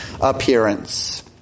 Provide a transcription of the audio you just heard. appearance